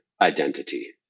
identity